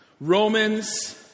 Romans